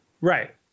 Right